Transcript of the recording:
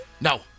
No